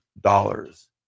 dollars